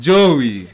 Joey